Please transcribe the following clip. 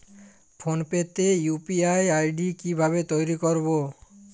Phone pay তে UPI ID কি ভাবে তৈরি করবো?